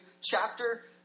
chapter